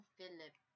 Philip